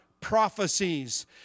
prophecies